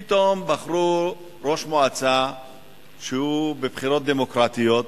פתאום בחרו ראש מועצה בבחירות דמוקרטיות,